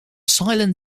silent